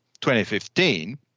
2015